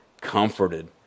comforted